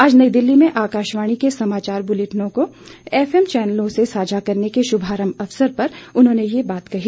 आज नई दिल्ली में आकाशवाणी के समाचार बुलेटिनों को एफ एम चैनलों से साझा करने के शुभारंभ अवसर पर उन्होंने ये बात कही